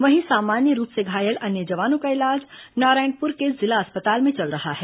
वहीं सामान्य रूप से घायल अन्य जवानों का इलाज नारायणपुर के जिला अस्पताल में चल रहा है